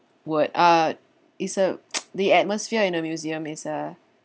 word uh is a the atmosphere in the museum is a